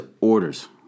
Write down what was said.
orders